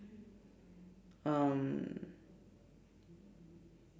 um